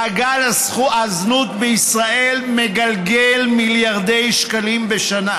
מעגל הזנות בישראל מגלגל מיליארדי שקלים בשנה,